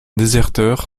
déserteur